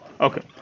Okay